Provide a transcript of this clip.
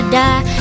die